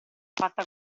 fatta